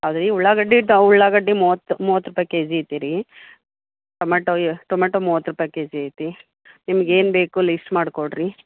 ಅದು ರೀ ಉಳ್ಳಾಗಡ್ಡೆ ಇತ್ತು ಉಳ್ಳಾಗಡ್ಡೆ ಮೂವತ್ತು ಮೂವತ್ತು ರೂಪಾಯಿ ಕೆ ಜಿ ಐತೆ ರೀ ಟೊಮಟೊ ಟೊಮಟೊ ಮೂವತ್ತು ರೂಪಾಯಿ ಕೆ ಜಿ ಐತಿ ನಿಮ್ಗೆ ಏನು ಬೇಕು ಲಿಸ್ಟ್ ಮಾಡಿ ಕೊಡಿರಿ